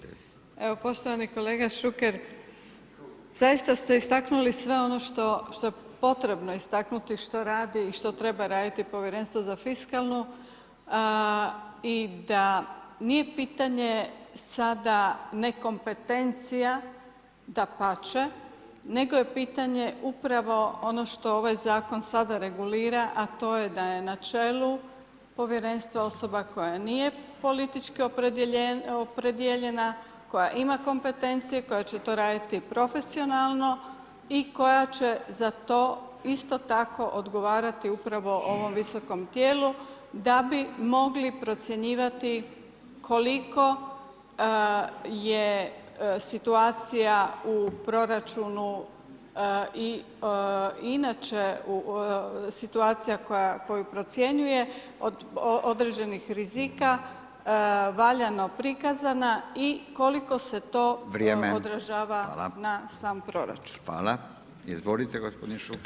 Evo poštovani kolega Šuker, zaista ste istaknuli sve ono što je potrebno istaknuti što radi i što treba raditi Povjerenstvo za fiskalnu i da nije pitanje sada nekompetencija, dapače, nego je pitanje upravo ono što ovaj zakon sada regulira a to je da je na čelu povjerenstva osoba koja nije politički opredijeljena, koja ima kompetencije, koja će to raditi profesionalno i koja će za to isto tako odgovarati upravo ovom visokom tijelu da bi mogli procjenjivati koliko je situaciju u proračunu i inače situacija koju procjenjuje od određenih rizika valjano prikazana i koliko se to odražava na sam proračun.